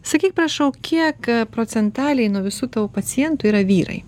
sakyk prašau kiek procentėliai nuo visų tavo pacientų yra vyrai